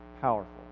powerful